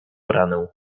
ranę